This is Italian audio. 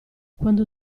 quando